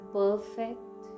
perfect